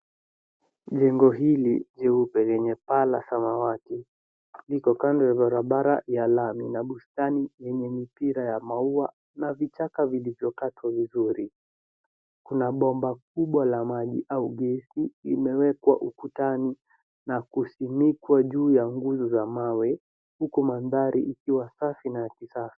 Jengo hili jeupe lenye paa la samawati liko kando ya barabara ya lami na bustani yenye mipira ya maua na vichaka vilivyo katwa vizuri. Kuna bomba kubwa la maji au geti limewekwa ukutani na kusinikwa juu ya nguzo za mawe huku mandhari ikiwa safi na ya kisasa.